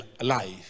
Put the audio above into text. life